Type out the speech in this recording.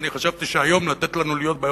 אני חשבתי שהיום לתת לנו להיות ב-